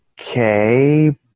okay